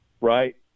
right